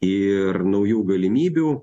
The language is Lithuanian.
ir naujų galimybių